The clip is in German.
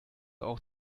auch